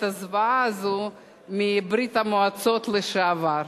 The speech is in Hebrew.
הזוועה הזאת מברית-המועצות לשעבר.